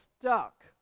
stuck